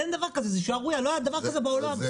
אין דבר כזה, זה שערורייה, לא היה דבר כזה בעולם.